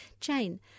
Jane